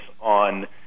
on